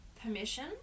permission